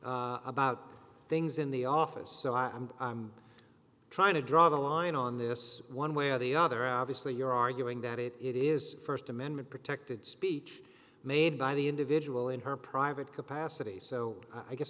about things in the office so i'm trying to draw the line on this one way or the other obviously you're arguing that it is st amendment protected speech made by the individual in her private capacity so i guess